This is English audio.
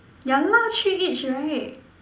yeah lah three each right